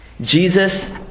Jesus